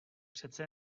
přece